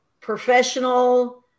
professional